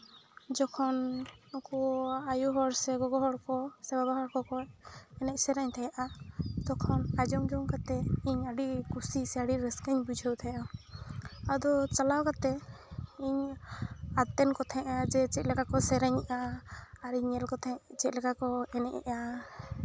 ᱡᱚᱠᱷᱚᱱ ᱩᱱᱠᱩ ᱟᱭᱩ ᱦᱚᱲ ᱥᱮ ᱜᱚᱜᱚ ᱦᱚᱲ ᱠᱚ ᱥᱮ ᱵᱟᱵᱟ ᱦᱚᱲ ᱠᱚᱠᱚ ᱮᱱᱮᱡ ᱥᱮᱨᱮᱧ ᱛᱟᱦᱮᱸᱜᱼᱟ ᱛᱚᱠᱷᱚᱱ ᱟᱸᱡᱚᱢ ᱡᱚᱝ ᱠᱟᱛᱮᱜ ᱤᱧ ᱟᱹᱰᱤ ᱠᱩᱥᱤ ᱥᱮ ᱨᱟᱹᱥᱠᱟᱹᱧ ᱵᱩᱡᱷᱟᱹᱣ ᱛᱟᱦᱮᱸᱜᱼᱟ ᱟᱫᱚ ᱪᱟᱞᱟᱣ ᱠᱟᱛᱮᱜ ᱤᱧ ᱟᱛᱮᱱ ᱠᱚ ᱛᱟᱦᱮᱱᱟ ᱡᱮ ᱪᱮᱫ ᱞᱮᱠᱟ ᱠᱚ ᱥᱮᱨᱮᱧᱮᱜᱼᱟ ᱟᱨᱤᱧ ᱧᱮᱞ ᱠᱚ ᱛᱟᱦᱮᱸᱜ ᱪᱮᱫ ᱞᱮᱠᱟ ᱠᱚ ᱮᱱᱮᱡ ᱮᱜᱼᱟ